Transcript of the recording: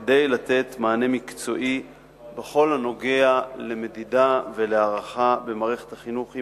כדי לתת מענה מקצועי בכל הנוגע למדידה ולהערכה במערכת החינוך.